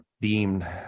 deemed